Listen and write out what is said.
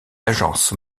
agences